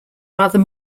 rather